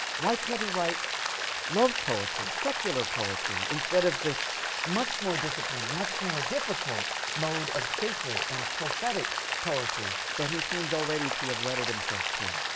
why can't he write love poetry, secular poetry, instead of this much more disciplined, much more difficult mode of sacred and prophetic poetry that he seems already to have wedded himself to?